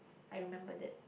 I remember that